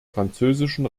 französischen